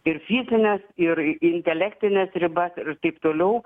ir fizines ir intelektines ribas ir taip toliau